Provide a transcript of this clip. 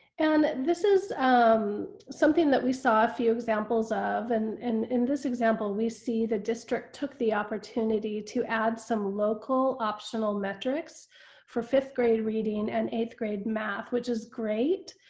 and this is um something that we saw a few examples of. and and in this example we see the district took the opportunity to add some local optional metrics for fifth grade reading and eighth grade math. which is great!